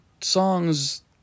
songs